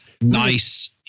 nice